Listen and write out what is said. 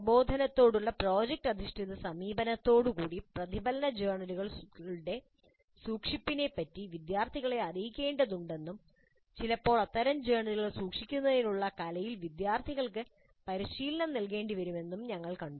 പ്രബോധനത്തോടുള്ള പ്രോജക്റ്റ് അധിഷ്ഠിത സമീപനത്തോടുകൂടി പ്രതിഫലന ജേർണലുകളുടെ സൂക്ഷിപ്പിനെ പറ്റി വിദ്യാർത്ഥികളെ അറിയിക്കേണ്ടതുണ്ടെന്നും ചിലപ്പോൾ അത്തരം ജേർണലുകൾ സൂക്ഷിക്കുന്നതിനുള്ള കലയിൽ വിദ്യാർത്ഥികൾക്ക് പരിശീലനം നൽകേണ്ടിവരുമെന്നും ഞങ്ങൾ കണ്ടു